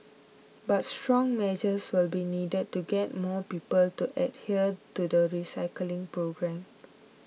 but stronger measures will be needed to get more people to adhere to the recycling program